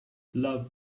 love